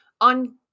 on